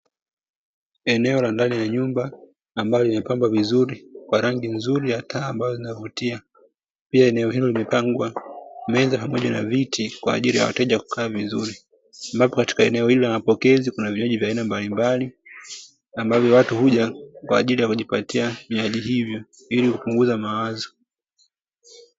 Eneo la ndani ya nyumba, ambalo limepambwa vizuri kwa rangi nzuri ya taa ambayo inavutia, pia eneo hilo limepangwa meza pamoja na viti kwa ajili ya wateja kukaa vizuri, ambapo katika eneo hilo la mapokezi kuna vinywaji vya aina mbalimbali ambavyo watu huja kwa ajili ya kujipatia vinywaji hivyo ili kupunguza mawazo.